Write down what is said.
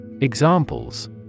Examples